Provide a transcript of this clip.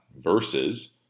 versus